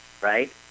right